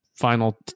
Final